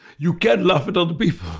you can laugh at other people.